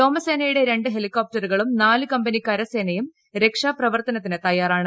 വ്യോമസേനയുടെ രണ്ടു ഹെലികോപ്ടറുകളും നാലു കമ്പനി കരസേനയും രക്ഷാപ്രവർത്തനത്തിനു തയ്യാറാണ്